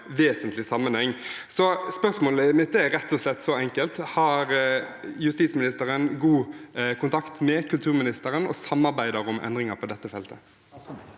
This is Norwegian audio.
det, har en vesentlig sammenheng. Så spørsmålet mitt er rett og slett så enkelt: Har justisministeren god kontakt med kulturministeren og samarbeider om endringer på dette feltet?